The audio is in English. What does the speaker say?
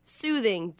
soothing